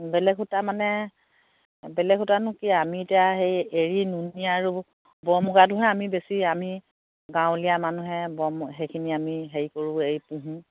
বেলেগ সূতা মানে বেলেগ সূতানো কি আৰু আমি এতিয়া হেৰি এৰি নুনি আৰু বৰ মুগাটোহে আমি বেছি আমি গাৱঁলীয়া মানুহে ব'ম সেইখিনি আমি হেই কৰোঁ আমি পুহো